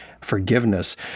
forgiveness